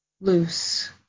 loose